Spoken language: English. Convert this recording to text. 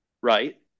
Right